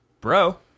bro